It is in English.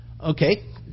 okay